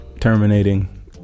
terminating